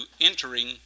entering